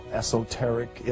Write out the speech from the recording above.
esoteric